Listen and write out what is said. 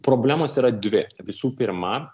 problemos yra dvi visų pirma